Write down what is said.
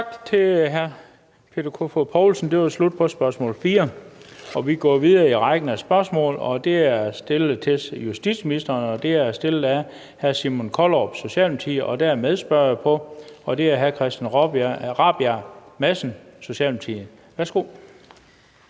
Tak til hr. Peter Kofod Poulsen. Det var slut på spørgsmål 4. Vi går videre i rækken af spørgsmål. Det næste spørgsmål er stillet til justitsministeren af hr. Simon Kollerup, Socialdemokratiet, og der er en medspørger, og det er hr. Christian Rabjerg Madsen, Socialdemokratiet. Værsgo.